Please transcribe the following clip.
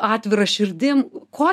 atvira širdim ko